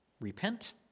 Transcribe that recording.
repent